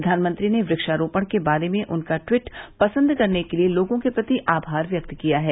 प्रधानमंत्री ने वक्षारोपण के बारे में उनका टवीट पसंद करने के लिए लोगों के प्रति आभार व्यक्त किया है